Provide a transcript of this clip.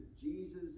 Jesus